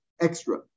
extra